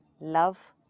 love